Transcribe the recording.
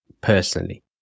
personally